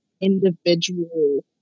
individual